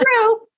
true